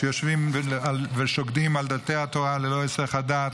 שיושבים ושוקדים על דלתי התורה ללא היסח הדעת,